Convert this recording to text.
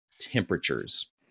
temperatures